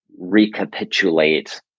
recapitulate